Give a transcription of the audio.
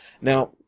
Now